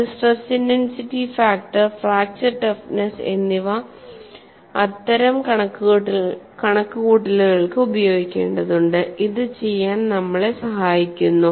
അത് stress intensity factor fracture toughness എന്നിവ അത്തരം കണക്കുകൂട്ടലുകൾക്ക് ഉപയോഗിക്കേണ്ടതുണ്ട് ഇത് ചെയ്യാൻ നമ്മളെ സഹായിക്കുന്നു